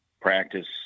practice